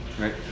right